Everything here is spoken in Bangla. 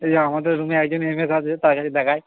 এই যে আমদের রুমে একজন এম এস আছে তার কাছে দেখাই